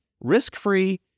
risk-free